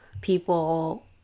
people